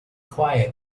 quiet